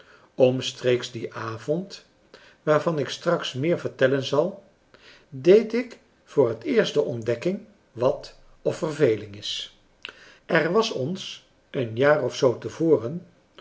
omstreeks dien avond waarvan ik straks meer vertellen zal deed ik voor het eerst de ontdekking wat of verveling is er was ons françois haverschmidt familie en kennissen een jaar of zoo